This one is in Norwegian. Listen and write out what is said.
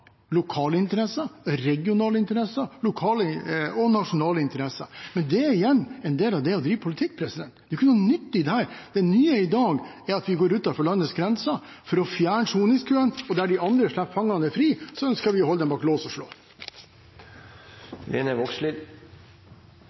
lokale interesser, regionale interesser og nasjonale interesser. Men det igjen er en del av det å drive politikk. Det er ikke noe nytt i dette. Det nye i dag er at vi går utenfor landets grenser for å fjerne soningskøene. Der de andre slipper fangene fri, ønsker vi å holde dem bak lås og slå.